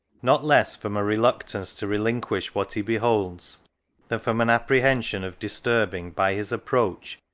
not less from a reluctance to relinquish what he beholds, than from an apprehension of disturbing, by his approach,